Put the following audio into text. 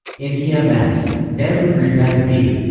in e m s. namboodripad v.